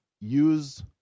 use